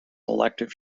elective